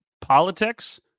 politics